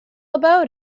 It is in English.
about